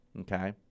okay